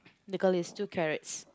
the girl is two carrots